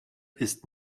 ist